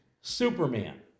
Superman